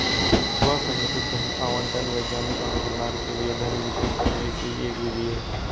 स्व संगठित धन आवंटन वैज्ञानिक अनुसंधान के लिए धन वितरित करने की एक विधि है